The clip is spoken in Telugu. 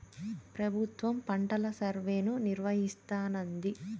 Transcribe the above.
ప్రభుత్వం పంటల సర్వేను నిర్వహిస్తానంది